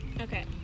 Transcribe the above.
okay